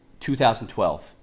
2012